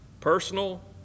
personal